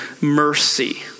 mercy